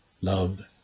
love